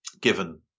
given